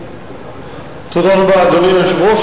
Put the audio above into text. תודה רבה, אדוני היושב-ראש.